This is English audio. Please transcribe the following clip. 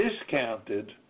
discounted